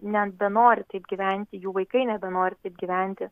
nebenori taip gyventi jų vaikai nebenori taip gyventi